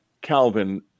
Calvin